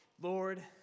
Lord